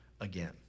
again